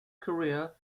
career